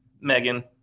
megan